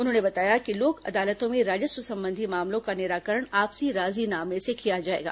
उन्होंने बताया कि लोक अदालतों में राजस्व संबंधी मामलों का निराकरण आपसी राजी नामे से किया जाएगा